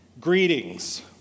Greetings